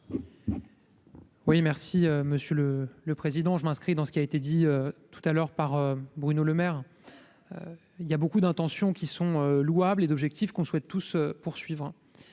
Oui, merci Monsieur le le président je m'inscris dans ce qui a été dit tout à l'heure par Bruno Lemaire il y a beaucoup d'intentions qui sont louables et d'objectifs qu'on souhaite tous se poursuivre